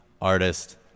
artist